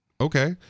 Okay